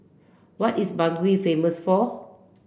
what is Bangui famous for